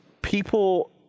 people